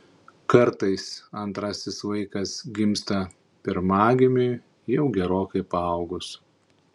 kartais antrasis vaikas gimsta pirmagimiui jau gerokai paaugus